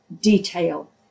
detail